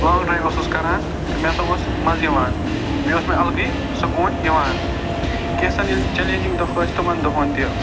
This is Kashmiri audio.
لانگ ڈرٛاوِنٛگ اوسُس کَران تہٕ مےٚ ہسا اوس مَزٕ یِوان بیٚیہِ اوس مےٚ اَلگٕے سکوٗن یِوان کیٚنٛژَھَن ییٚلہِ چیلینجِنٛگ دۅکھ ٲسۍ تِمن دۅہن تہِ